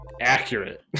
accurate